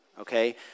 Okay